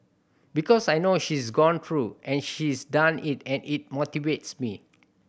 because I know she's gone through and she's done it and it motivates me